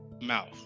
mouth